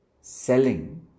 selling